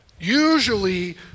Usually